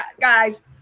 guys